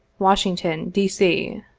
washington, d. c